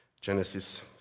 Genesis